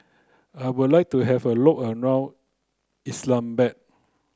I would like to have a look around Islamabad